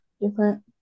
Different